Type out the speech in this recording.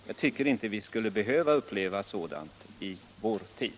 Jag tycker inte att vi skulle behöva uppleva sådant i vår tid.